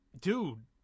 dude